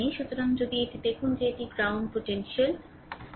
সুতরাং যদি এটি দেখুন যে এটি গ্রাউন্ড সম্ভাবনা